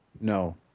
No